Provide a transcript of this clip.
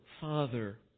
Father